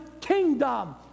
kingdom